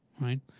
right